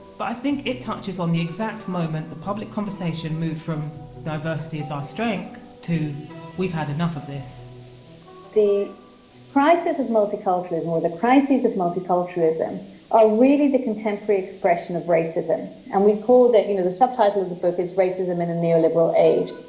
but i think it touches on the exact moment the public conversation moved from diversity is our strength to we've had enough of this the crisis of multiculturalism or the crisis of multiculturalism are really the contemporary expression of racism and we called it you know the sub title of the book is racism in a neo-liberal age